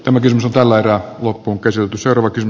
tämäkin tällä erää loppun kyselty sarawakin